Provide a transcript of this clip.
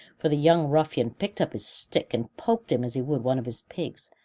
for the young ruffian picked up his stick and poked him as he would one of his pigs.